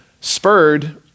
spurred